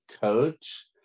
coach